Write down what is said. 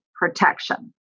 protection